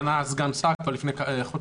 ענה סגן שר הבריאות כבר לפני חודשיים.